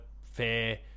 fair